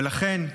ולכן,